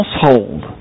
household